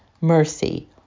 mercy